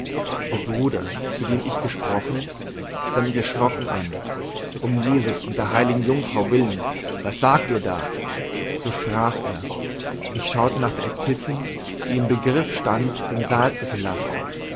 der bruder zu dem ich gesprochen sah mich erschrocken an um jesus und der heiligen jungfrau willen was sagt ihr da so sprach er ich schaute nach der äbtissin die im begriff stand den saal zu verlassen